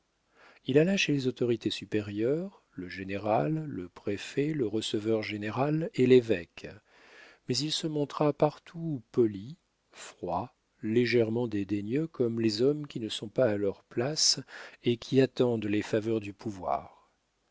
il alla chez les autorités supérieures le général le préfet le receveur-général et l'évêque mais il se montra partout poli froid légèrement dédaigneux comme les hommes qui ne sont pas à leur place et qui attendent les faveurs du pouvoir